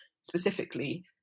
specifically